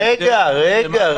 זה עוד היה לפני הקורונה.